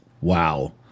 Wow